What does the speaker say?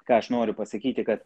ką aš noriu pasakyti kad